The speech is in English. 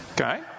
Okay